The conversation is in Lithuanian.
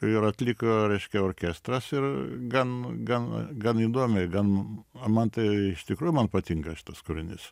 ir atliko reiškia orkestras ir gan gan gan įdomiai gan man tai iš tikrų man patinka šitas kūrinys